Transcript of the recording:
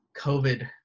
COVID